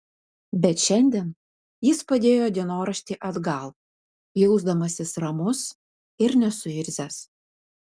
bet šiandien jis padėjo dienoraštį atgal jausdamasis ramus ir nesuirzęs